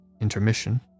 intermission